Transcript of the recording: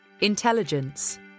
intelligence